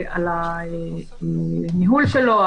על הניהול שלו,